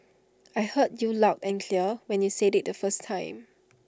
I heard you loud and clear when you said IT the first time